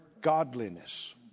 godliness